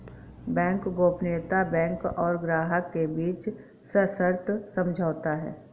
bank गोपनीयता bank और ग्राहक के बीच सशर्त समझौता है